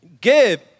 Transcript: Give